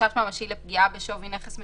"חשש ממשי לפגיעה בשווי נכס משועבד",